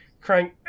crying